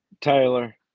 Taylor